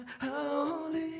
Holy